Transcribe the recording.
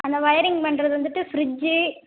அந்த ஒயரிங் பண்ணுறது வந்துவிட்டு ஃப்ரிட்ஜி